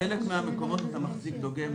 בחלק מן המקומות אתה מתקצב דוגם.